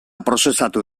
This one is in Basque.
prozesatu